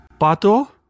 Pato